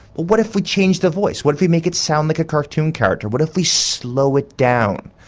what if we change the voice, what if we make it sound like a cartoon character, what if we slow it down,